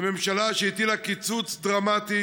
לממשלה שהטילה קיצוץ דרמטי